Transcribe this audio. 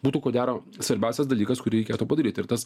būtų ko gero svarbiausias dalykas kurį reikėtų padaryt ir tas